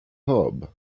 hub